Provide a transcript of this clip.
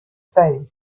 same